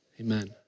Amen